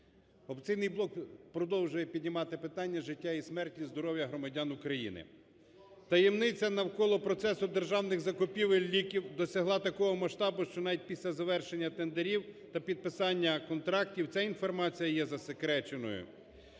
"Опозиційний блок" продовжує піднімати питання життя і смерті, здоров'я громадян України. Таємниця навколо процесу державних закупівель ліків досягла такого масштабу, що навіть після завершення тендерів та підписання контрактів ця інформація є засекреченою.